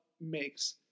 makes